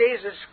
Jesus